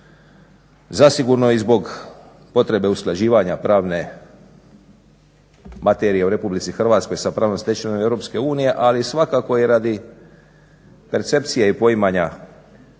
Zasigurno i zbog potrebe usklađivanja pravne materije u Republici Hrvatskoj sa pravnom stečevinom Europske unije, ali svakako i radi percepcije i poimanja potrebe